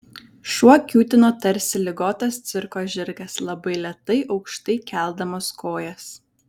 šuo kiūtino tarsi ligotas cirko žirgas labai lėtai aukštai keldamas kojas